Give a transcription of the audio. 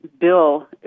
bill